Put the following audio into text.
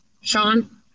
Sean